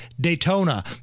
Daytona